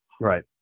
right